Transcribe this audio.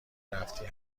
رفتی